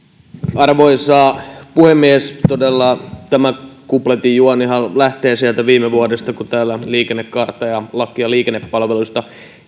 arvoisa puhemies todella tämä kupletin juonihan lähtee sieltä viime vuodesta kun täällä liikennekaarta ja lakia liikennepalveluista